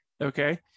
okay